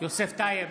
יוסף טייב,